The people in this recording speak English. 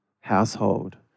household